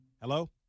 hello